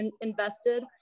invested